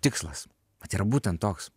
tikslas vat yra būtent toks